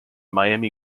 miami